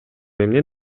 эмне